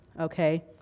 okay